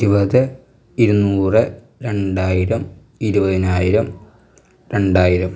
ഇരുപത് ഇരുന്നൂറ് രണ്ടായിരം ഇരുപതിനായിരം രണ്ടായിരം